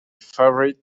favorite